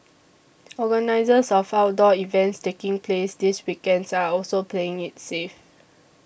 organisers of outdoor events taking place this weekends are also playing it's safe